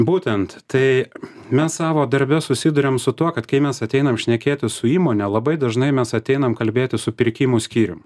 būtent tai mes savo darbe susiduriam su tuo kad kai mes ateinam šnekėtis su įmone labai dažnai mes ateinam kalbėtis su pirkimų skyrium